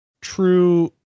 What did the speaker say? true